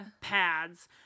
pads